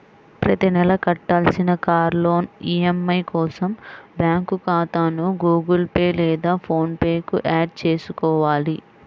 ప్రతి నెలా కట్టాల్సిన కార్ లోన్ ఈ.ఎం.ఐ కోసం బ్యాంకు ఖాతాను గుగుల్ పే లేదా ఫోన్ పే కు యాడ్ చేసుకోవాలి